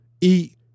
eat